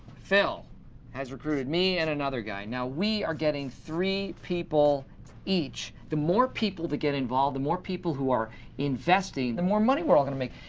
phil has recruited me and another guy. now we are getting three people each. the more people that get involved, the more people who are investing, the more money we are all going to make.